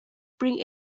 bring